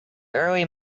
early